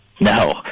No